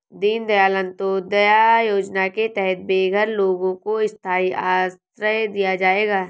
दीन दयाल अंत्योदया योजना के तहत बेघर लोगों को स्थाई आश्रय दिया जाएगा